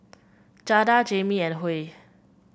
Jada Jamie and Huey